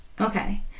Okay